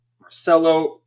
Marcelo